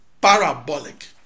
parabolic